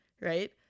Right